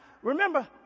Remember